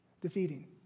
defeating